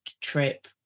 trip